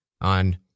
on